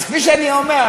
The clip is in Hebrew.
אז כפי שאני אומר,